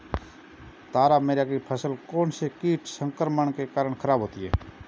तारामीरा की फसल कौनसे कीट संक्रमण के कारण खराब होती है?